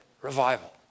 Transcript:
revival